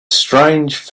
strange